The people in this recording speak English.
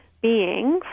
beings